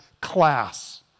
class